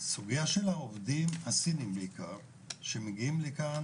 סוגיית העובדים הסינים שמגיעים לכאן,